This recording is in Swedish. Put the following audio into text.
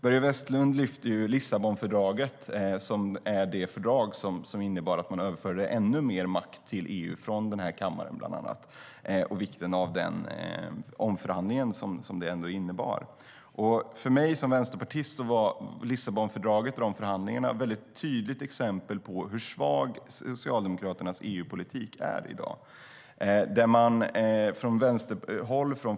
Börje Vestlund lyfter fram Lissabonfördraget - det fördrag som innebar att man överförde ännu mer makt till EU från kammaren. Det var vad omförhandlingen innebar. För mig som vänsterpartist var förhandlingarna inför Lissabonfördraget ett tydligt exempel på hur svag Socialdemokraternas EU-politik är i dag.